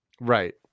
Right